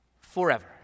forever